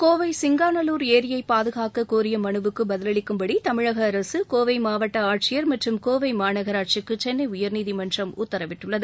கோவை சிங்காநல்லூர் ஏரியை பாதுகாக்க கோரிய மனுவுக்கு பதிலளிக்கும்படி தமிழக அரசு கோவை மாவட்ட ஆட்சியர் மற்றும் கோவை மாநகராட்சிக்கு சென்னை உயர்நீதிமன்றம் உத்தரவிட்டுள்ளது